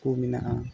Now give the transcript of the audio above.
ᱠᱚ ᱢᱮᱱᱟᱜᱼᱟ